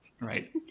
Right